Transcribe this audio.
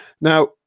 Now